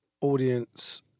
audience